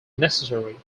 necessary